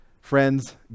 Friends